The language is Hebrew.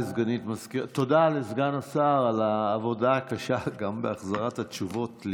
תודה לסגן השר על העבודה הקשה, גם בהחזרת התשובות.